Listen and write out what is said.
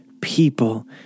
people